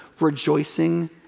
rejoicing